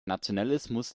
nationalismus